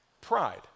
pride